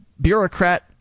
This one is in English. bureaucrat